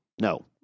No